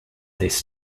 this